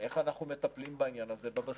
איך אנחנו מטפלים בעניין הזה בבסיס.